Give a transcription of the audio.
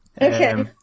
Okay